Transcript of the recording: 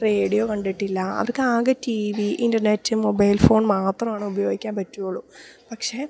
radio കണ്ടിട്ടില്ല അവർക്കാകെ T V internet mobile phone മാത്രമാണ് ഉപയോഗിക്കാൻ പറ്റൂള്ളൂ പക്ഷെ